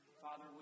Father